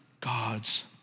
God's